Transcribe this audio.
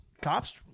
cops